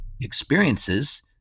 experiences